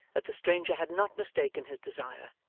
that the stranger had not mistaken his desire,